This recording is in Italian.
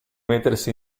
mettersi